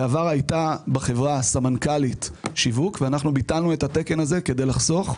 בעבר הייתה בחברה סמנכ"לית שיווק ואנחנו ביטלנו את התקן הזה כדי לחסוך.